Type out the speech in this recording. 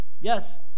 Yes